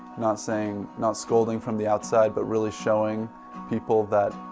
not saying. not scolding from the outside but really showing people that